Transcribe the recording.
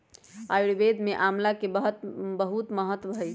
आयुर्वेद में आमला के बहुत महत्व हई